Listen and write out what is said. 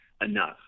enough